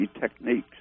techniques